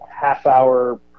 half-hour